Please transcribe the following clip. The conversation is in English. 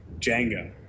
Django